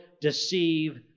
deceive